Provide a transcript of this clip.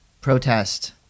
protest